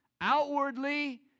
Outwardly